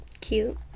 cute